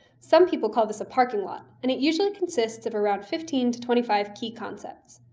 some people call this a parking lot, and it usually consists of around fifteen twenty five key concepts.